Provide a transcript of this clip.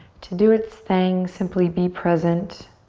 to do its thing, simply be present